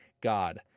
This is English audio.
God